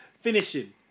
finishing